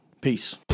Peace